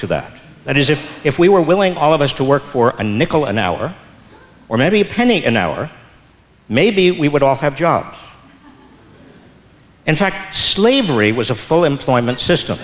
to that that is if if we were willing all of us to work for a nickel an hour or maybe a penny an hour maybe we would all have jobs in fact slavery was a full employment system